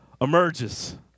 emerges